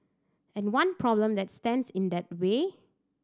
and one problem that stands in that way